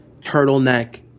turtleneck